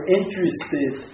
interested